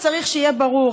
צריך שיהיה ברור,